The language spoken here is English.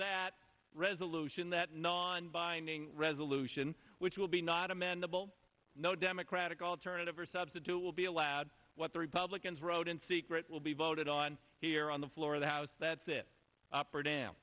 that resolution that non binding resolution which will be not amendable no democratic alternative or substitute will be allowed what the republicans wrote in secret will be voted on here on the floor of the house that's it up or down